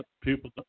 people